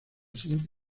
siguiente